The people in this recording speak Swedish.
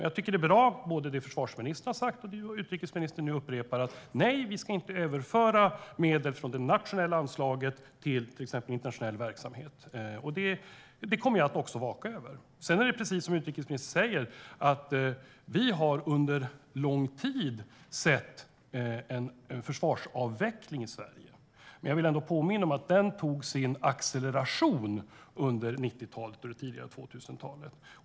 Jag tycker att det är bra som försvarsministern har sagt och som utrikesministern nu upprepar: Nej, vi ska inte överföra medel från det nationella anslaget till exempelvis internationell verksamhet. Det kommer jag också att vaka över. Precis som utrikesministern säger har vi under lång tid sett en försvarsavveckling i Sverige. Men jag vill ändå påminna om att den hade sin acceleration under 90-talet och det tidiga 00-talet.